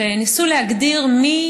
כשניסו להגדיר מי